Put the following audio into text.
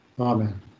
Amen